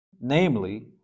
Namely